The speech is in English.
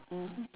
mmhmm